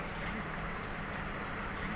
सर्दी में आलू के पाला से कैसे बचावें?